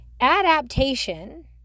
Adaptation